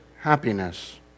happiness